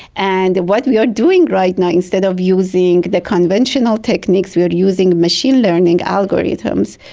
and what we are doing right now instead of using the conventional techniques, we are using machine learning algorithms.